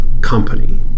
company